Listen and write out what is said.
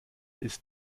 ist